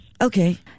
okay